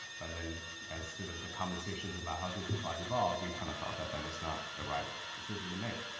but then as sort of the conversations about housing supply evolved, we kind of thought that that was not the right decision to make.